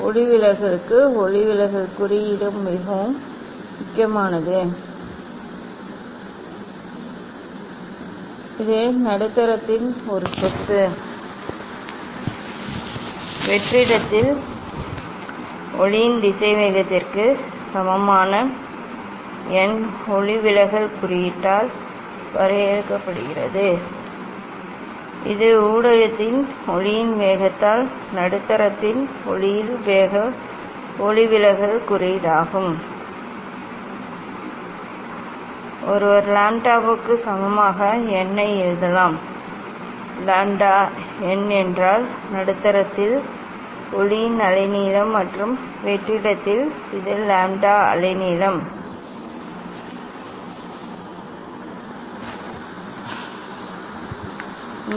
ஒளிவிலகலுக்கு ஒளிவிலகல் குறியீடு மிகவும் முக்கியமானது இது நடுத்தரத்தின் ஒரு சொத்து மற்றும் வெற்றிடத்தில் ஒளியின் திசைவேகத்திற்கு சமமான n ஒளிவிலகல் குறியீட்டால் வரையறுக்கப்படுகிறது இது ஊடகத்தின் ஒளியின் வேகத்தால் நடுத்தரத்தின் ஒளிவிலகல் குறியீடாகும் ஒருவர் லாம்ப்டாவுக்கு சமமாக n ஐ எழுதலாம் lambda n என்றால் நடுத்தரத்தில் ஒளியின் அலைநீளம் மற்றும் வெற்றிடத்தில் இந்த லாம்ப்டா அலைநீளம் இந்த உறவு C வேகம் அலைநீளத்திற்கு அதிர்வெண்ணுக்கு சமமாக வந்துள்ளது